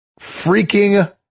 Freaking